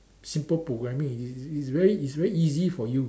simple programming is is very is very easy for you